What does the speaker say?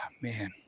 Man